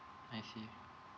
I see